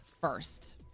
first